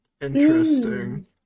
Interesting